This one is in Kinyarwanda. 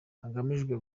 hagamijwe